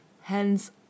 hence